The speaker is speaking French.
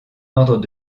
ordre